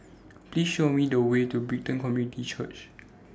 Please Show Me The Way to Brighton Community Church